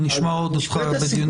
מצטער.